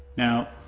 now,